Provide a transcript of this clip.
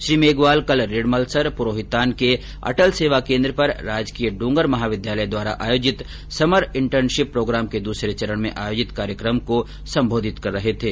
श्री मेघवाल कल रिडमलसर पुरोहितान के अटल सेवा केन्द्र पर राजकीय ड्रंगर महाविद्यालय द्वारा आयोजित समर इंटर्नशिप प्रोग्राम के दूसरे चरण में आयोजित कार्यक्रम को संबोधित कर रहे थे